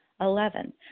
Eleven